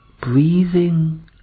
breathing